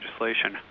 legislation